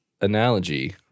analogy